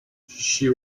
she